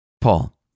Paul